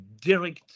direct